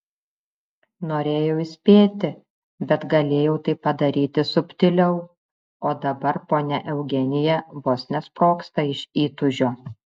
norėjau įspėti bet galėjau tai padaryti subtiliau o dabar ponia eugenija vos nesprogsta iš įtūžio